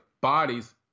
bodies